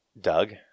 Doug